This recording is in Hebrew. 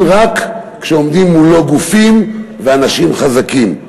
רק כשעומדים מולו גופים ואנשים חזקים.